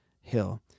hill